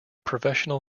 professional